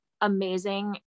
amazing